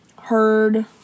heard